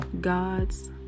God's